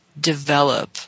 develop